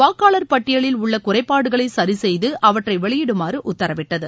வாக்காளர் பட்டியலில் உள்ள குறைபாடுகளை சரிசெய்து அவற்றை வெளியிடுமாறு உத்தரவிட்டது